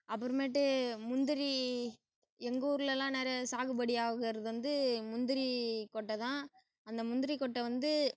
அப்புறமேட்டு முந்திரி எங்கூர்லலாம் நிறைய சாகுபடியாகறது வந்து முந்திரிக்கொட்டை தான் அந்த முந்திரிக்கொட்டை வந்து